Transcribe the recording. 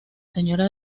señora